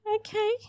Okay